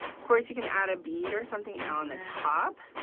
of course you can add a bead or something on the top.